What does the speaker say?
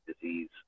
disease